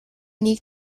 нэг